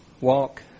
Walk